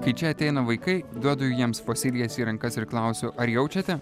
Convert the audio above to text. kai čia ateina vaikai duodu jiems fosilijas į rankas ir klausiu ar jaučiate